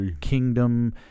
kingdom